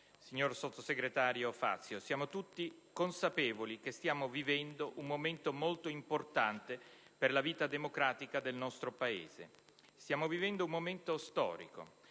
signor sottosegretario Fazio, siamo tutti consapevoli che stiamo vivendo un momento molto importante per la vita democratica del nostro Paese. Stiamo vivendo un momento storico;